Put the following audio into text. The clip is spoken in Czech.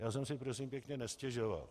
Já jsem si, prosím pěkně, nestěžoval.